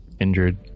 injured